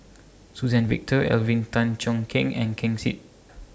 Suzann Victor Alvin Tan Cheong Kheng and Ken Seet